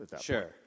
Sure